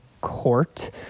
Court